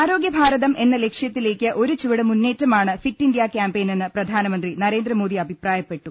ആരോഗ്യ ഭാരതം എന്ന ലക്ഷ്യത്തിലേക്ക് ഒരു ചുവട് മുന്നേറ്റമാണ് ഫിറ്റ് ഇന്ത്യ ക്യാമ്പയിൻ എന്ന് പ്രധാനമന്ത്രി നരേന്ദ്രമോദി അഭിപ്രായപ്പെട്ടു